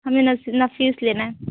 हमें नफीस लेना है